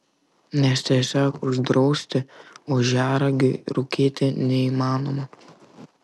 nes tiesiog uždrausti ožiaragiui rūkyti neįmanoma